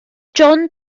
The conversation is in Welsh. john